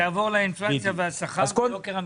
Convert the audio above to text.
תעבור לאינפלציה, השכר ויוקר המחייה.